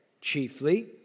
chiefly